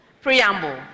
Preamble